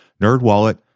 NerdWallet